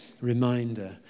Reminder